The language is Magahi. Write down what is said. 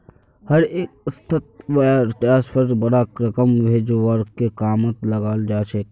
हर एक संस्थात वायर ट्रांस्फरक बडा रकम भेजवार के कामत लगाल जा छेक